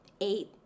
eight